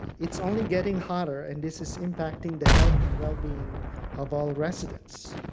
it's only getting hotter and this is impacting the health and wellbeing of all residents.